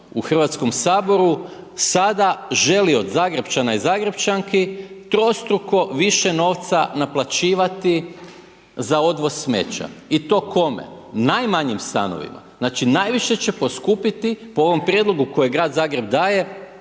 u Hrvatskom saboru, sada želi od Zagrepčana i Zagrepčanki trostruko više novca naplaćivati za odvoz smeća i to kome? Najmanjim stanovima, znači najviše će poskupiti po ovom prijedlogu koje Grad Zagreb daje,